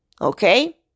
Okay